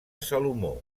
salomó